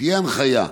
שתהיה הנחיה,